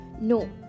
no